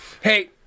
Hey